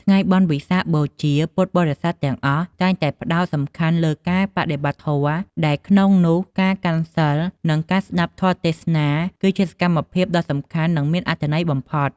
ក្នុងថ្ងៃបុណ្យវិសាខបូជា ពុទ្ធបរិស័ទទាំងអស់តែងតែផ្ដោតសំខាន់លើការបដិបត្តិធម៌ ដែលក្នុងនោះការកាន់សីល និងការស្ដាប់ធម៌ទេសនា គឺជាសកម្មភាពដ៏សំខាន់ និងមានអត្ថន័យបំផុត។